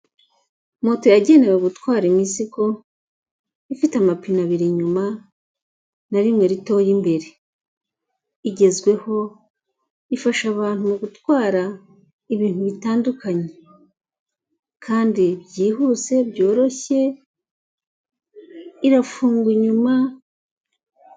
Moto yagenewe gutwara imizigo, ifite amapine abiri inyuma na rimwe ritoya imbere, igezweho, ifasha abantu mu gutwara ibintu bitandukanye kandi byihuse byoroshye irafungwa inyuma.